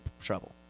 trouble